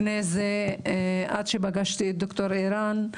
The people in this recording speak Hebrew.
עד שפגשתי את ד"ר ערן,